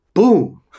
boom